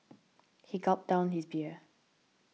he gulped down his beer